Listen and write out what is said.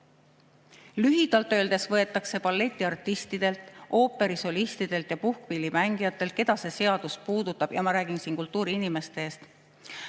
Lühidalt öeldes võetakse balletiartistidelt, ooperisolistidelt ja puhkpillimängijatelt, keda see seadus puudutab – ja ma räägin siin kultuuriinimeste eest